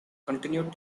continued